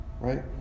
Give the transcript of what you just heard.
Right